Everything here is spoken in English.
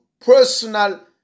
personal